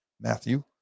Matthew